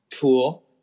Cool